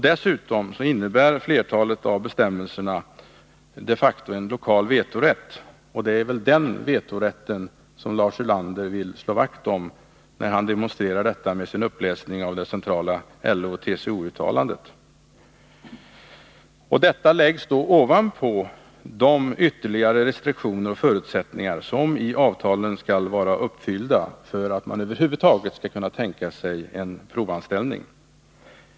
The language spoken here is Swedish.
Dessutom innebär flertalet av bestämmelserna de facto en lokal vetorätt, och det är väl den vetorätten som Lars Ulander ville slå vakt om genom sin uppläsning av uttalandet från centrala LO och TCO. Detta läggs då ovanpå de ytterligare restriktioner och förutsättningar som i avtalen skall vara uppfyllda för att man över huvud taget skall kunna tänka sig en provanställning.